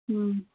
ꯎꯝ